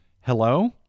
Hello